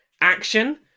Action